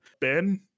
ben